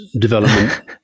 development